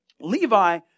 Levi